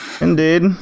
Indeed